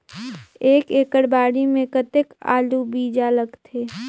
एक एकड़ बाड़ी मे कतेक आलू बीजा लगथे?